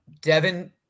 Devin